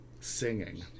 singing